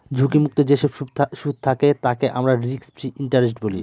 ঝুঁকি মুক্ত যেসব সুদ থাকে তাকে আমরা রিস্ক ফ্রি ইন্টারেস্ট বলি